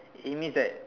it means that